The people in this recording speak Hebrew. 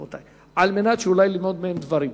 כדי אולי ללמוד מהם דברים.